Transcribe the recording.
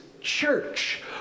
church